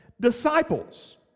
disciples